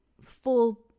full